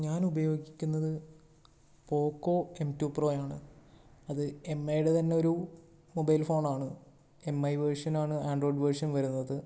ഞാൻ ഉപയോഗിക്കുന്നത് Poco M two pro ആണ് അത് എം ഐയുടെ തന്നെ ഒരു മൊബൈൽ ഫോൺ ആണ് എം ഐ വേർഷൻ ആണ് ആൻഡ്രോയ്ഡ് വേർഷൻ വരുന്നത്